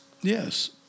Yes